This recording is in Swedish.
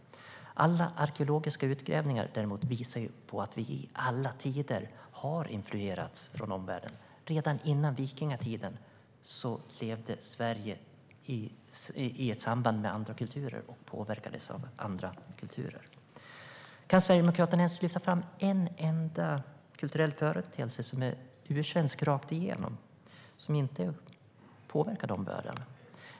Alla arkeologiska utgrävningar visar däremot att vi i alla tider har influerats från omvärlden. Redan före vikingatiden levde Sverige i ett samband med andra kulturer och påverkades av andra kulturer. Kan Sverigedemokraterna ens lyfta fram en enda kulturell företeelse som är ursvensk rakt igenom och som inte är påverkad av omvärlden?